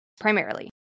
primarily